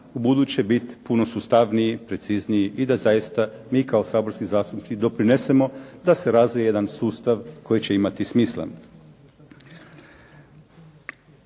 ubuduće biti puno sustavniji i da mi kao saborski zastupnici doprinesemo da se razvije jedan sustav koji će imati smisleni.